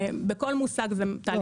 ובכל מושג זה תהליך מהיר.